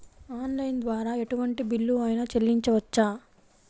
Online ద్వారా ఎటువంటి bill అయినా చెల్లించవచ్చా?